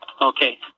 Okay